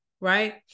right